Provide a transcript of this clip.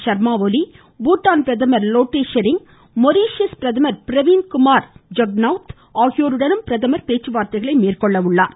ஷர்மா ஒலி பூடான் பிரதமர் லோடே ஷெரிங் மொரீஷியஸ் பிரதமர் பிரவிந்த் குமார் ஜுக்நௌத் ஆகியோருடனும் பிரதமர் பேச்சுவார்த்தைகளை மேற்கொள்கிறார்